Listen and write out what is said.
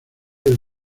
del